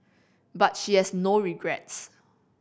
but she has no regrets